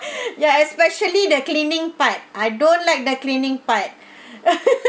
ya especially the cleaning part I don't like the cleaning part